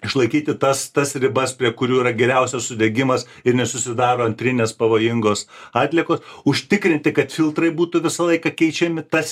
išlaikyti tas tas ribas prie kurių yra geriausias sudegimas ir nesusidaro antrinės pavojingos atliekos užtikrinti kad filtrai būtų visą laiką keičiami tas